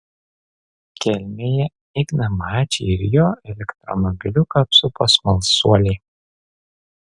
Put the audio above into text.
kelmėje igną mačį ir jo elektromobiliuką apsupo smalsuoliai